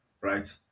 Right